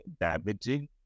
damaging